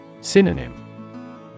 Synonym